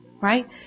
Right